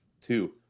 two